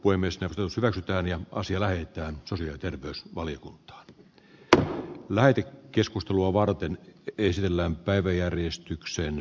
uimista vältetään ja avun saamista ja omaisten löytämistä